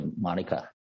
Monica